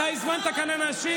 אתה הזמנת כאן אנשים